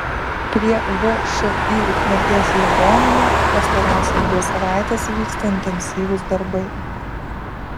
prie všį ukmergės ligoninė pastarąsias dvi savaites vyksta intensyvūs darbai